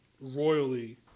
royally